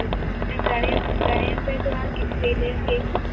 ठीकु आहे ऐं घणे घणे रुपए जो आहे किले जो केक